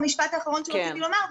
המשפט האחרון רציתי לומר,